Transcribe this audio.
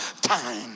time